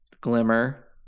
Glimmer